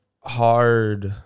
hard